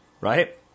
right